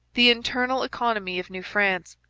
the internal economy of new france.